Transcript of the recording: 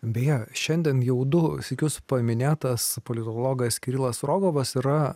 beje šiandien jau du sykius paminėtas politologas kirilas rogovas yra